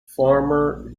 former